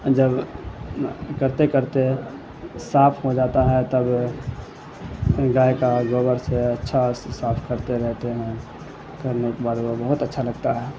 جب کرتے کرتے صاف ہو جاتا ہے تب گائے کا گوبر سے اچھا سا صاف کرتے رہتے ہیں کرنے کے بعد وہ بہت اچھا لگتا ہے